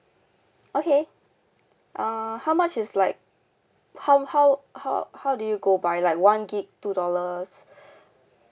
okay uh how much is like how how how how do you go by like one gig two dollars